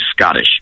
Scottish